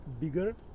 bigger